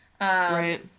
Right